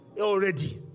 already